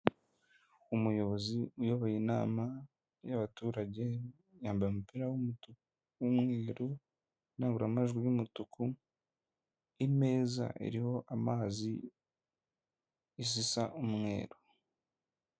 Umuyobozi uyoboye inama y'abaturage yambaye umupira w'umutuku, w'umweru, indangururamajwi y'umutuku, imeza iriho amazi zisa umweru.